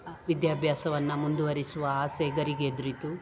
ವಿದ್ಯಾಭ್ಯಾಸವನ್ನು ಮುಂದುವರಿಸುವ ಆಸೆ ಗರಿಗೆದ್ರಿತ್ತು